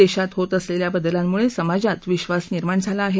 देशात होत असलेल्या बदलांमुळे समाजात विश्वास निर्माण झाला आहे